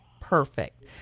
Perfect